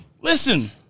Listen